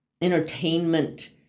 Entertainment